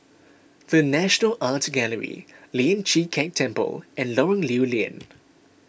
the National Art Gallery Lian Chee Kek Temple and Lorong Lew Lian